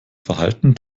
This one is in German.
verhalten